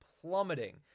plummeting